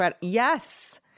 Yes